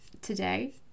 today